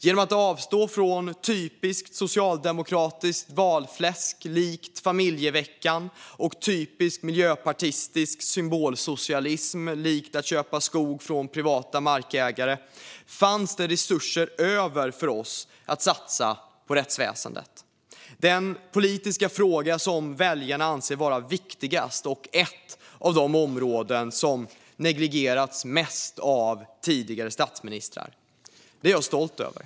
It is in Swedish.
Genom att avstå från typiskt socialdemokratiskt valfläsk som familjeveckan och typisk miljöpartistisk symbolsocialism som att köpa skog från privata markägare fanns det resurser över för oss att satsa på rättsväsendet - den politiska fråga som väljarna anser vara viktigast och ett av de områden som negligerats mest av tidigare statsministrar. Det är jag stolt över.